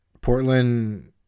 Portland